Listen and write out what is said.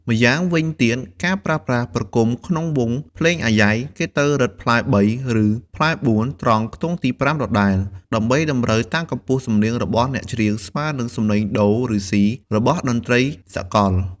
ម្យ៉ាងវិញទៀតការប្រើប្រាស់ប្រគំក្នុងវង់ភ្លេងអាយ៉ៃ គេត្រូវរឹតផ្លែ៣ ឬផ្លែ៤ ត្រង់ខ្ទង់ទី៥ដដែល ដើម្បីតម្រូវតាមកំពស់សំនៀងរបស់អ្នកច្រៀងស្មើនឹងសំនៀងដូ ឬស៊ី របស់តន្ដ្រីសាកល។